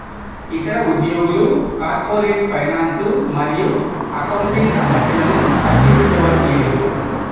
ఇతర ఉద్యోగులు corporate finance మరియు అకౌంటింగ్ సమస్యలను పట్టించుకోవడం లేదు